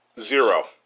Zero